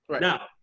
Now